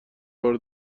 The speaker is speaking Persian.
بار